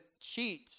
cheat